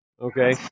okay